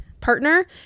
partner